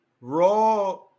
Raw